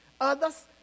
others